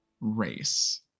race